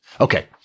Okay